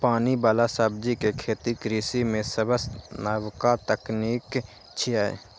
पानि बला सब्जी के खेती कृषि मे सबसं नबका तकनीक छियै